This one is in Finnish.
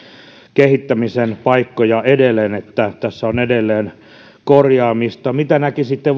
kehittämisen paikkoja edelleen niin että tässä on edelleen korjaamista mitä näkisitte